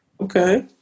Okay